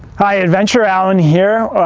hi, adventure alan here,